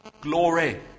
glory